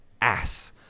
Ass